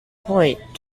point